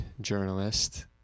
journalist